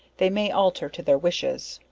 they may alter to their wishes.